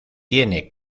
tiene